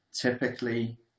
typically